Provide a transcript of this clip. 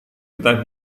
kita